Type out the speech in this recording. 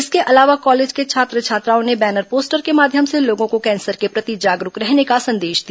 इसके अलावा कॉलेज के छात्र छात्राओं ने बैनर पोस्टर के माध्यम से लोगों को कैंसर के प्रति जागरूक रहने का संदेश दिया